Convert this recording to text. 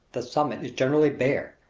the summit is generally bare,